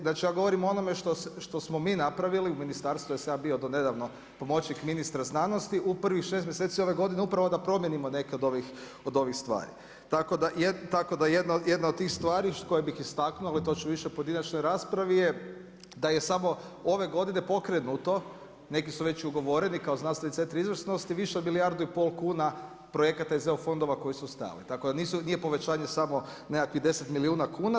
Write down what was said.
Znači ja govorim o onome što smo mi napravili u ministarstvu, jer sam ja bio do nedavno pomoćnik ministra znanosti u prvih šest mjeseci ove godine upravo da promijenimo neke od ovih stvari, tako da jedna od tih stvari koje bih istaknuo, ali to ću više u pojedinačnoj raspravi je da je samo ove godine pokrenuto, neki su već i ugovoreni kao znanstveni centri izvrsnosti više od milijardu i pol kuna projekata iz EU fondova koji su stajali, tako da nije povećanje samo nekakvih 10 milijuna kuna.